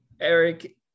Eric